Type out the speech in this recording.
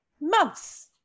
months